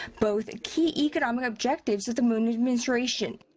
both and key economic objectives of the moon administration.